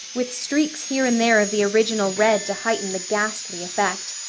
with streaks here and there of the original red to heighten the ghastly effect.